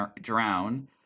drown